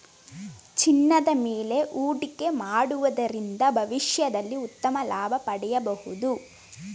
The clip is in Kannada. ಚಿನ್ನದ ಮೇಲೆ ಹೂಡಿಕೆ ಮಾಡುವುದರಿಂದ ಭವಿಷ್ಯದಲ್ಲಿ ಉತ್ತಮ ಲಾಭ ಪಡೆಯಬಹುದು